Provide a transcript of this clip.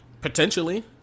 Potentially